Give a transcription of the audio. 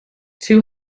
two